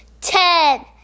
Ten